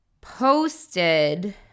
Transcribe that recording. posted